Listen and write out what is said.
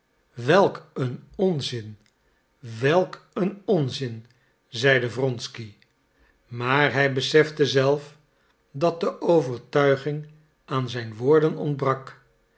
welk een onzin welk een onzin zeide wronsky maar hij besefte zelf dat de overtuiging aan zijn woorden ontbrak